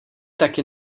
taky